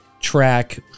track